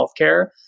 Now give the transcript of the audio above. healthcare